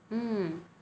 hmm